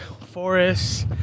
forests